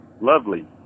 lovely